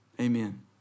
Amen